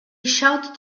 shouted